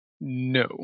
No